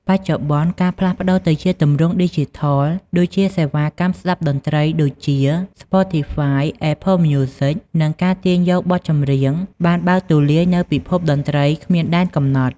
បច្ចុប្បន្ន ការផ្លាស់ប្តូរទៅជាទម្រង់ ឌីជីថល ដូចជាសេវាកម្មស្ដាប់តន្ត្រី ដូចជា Spotify, Apple Music និងការទាញយកបទចម្រៀង បានបើកទូលាយនូវពិភពតន្ត្រីគ្មានដែនកំណត់។